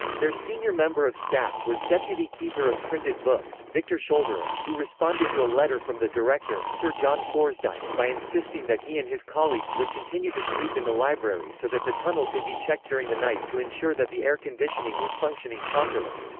their senior member of staff was deputy keeper of printed books, victor scholderer, who responded to a letter from the director, sir john forsdyke, by insisting that he and his colleagues would continue to sleep in the library so that the tunnel could be checked during the night to ensure that the air conditioning was functioning properly.